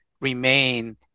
remain